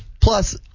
Plus